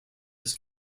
his